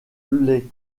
les